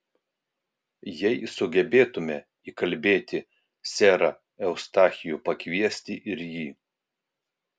jei sugebėtumėme įkalbėti serą eustachijų pakviesti ir jį